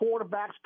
quarterbacks